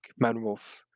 Manwolf